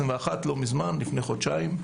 לפני חודשיים.